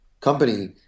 company